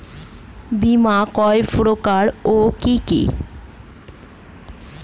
বীমা কয় প্রকার কি কি?